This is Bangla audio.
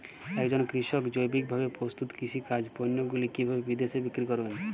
একজন কৃষক জৈবিকভাবে প্রস্তুত কৃষিজাত পণ্যগুলি কিভাবে বিদেশে বিক্রি করবেন?